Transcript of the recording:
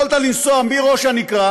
יכולת לנסוע מראש הנקרה